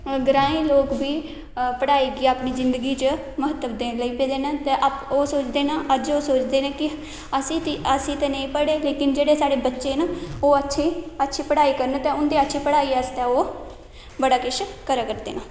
ग्रांई लोक बी पढ़ाई गी अपनी जिंदगी च महत्तव देने ताईं लग्गे दे ना ओह् सोचदे ना अज्ज ओह् सोचदे ना कि आसें ते नेईं पढे लेकिन जेहडें साढ़े बच्चे ना ओह् अच्छी अच्छी पढाई करन ते उँदे पढाई आस्तै ओह् बड़ा किश करा करदे ना